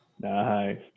nice